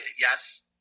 yes